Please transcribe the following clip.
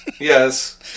yes